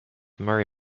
murray